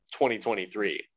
2023